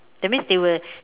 that means they will